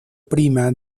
prima